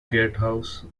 gatehouse